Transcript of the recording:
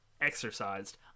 exercised